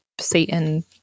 Satan